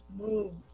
move